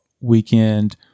weekend